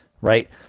Right